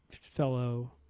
fellow